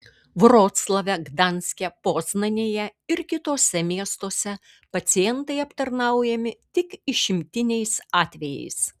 vroclave gdanske poznanėje ir kituose miestuose pacientai aptarnaujami tik išimtiniais atvejais